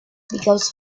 because